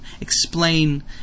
explain